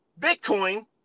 bitcoin